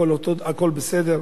הכול בסדר.